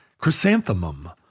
chrysanthemum